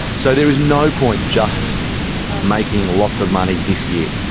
so there is no point just making lots of money this year,